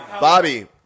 Bobby